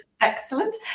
Excellent